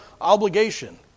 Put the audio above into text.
obligation